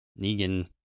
Negan